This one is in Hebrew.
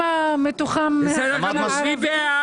בונים